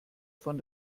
von